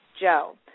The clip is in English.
Joe